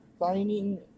signing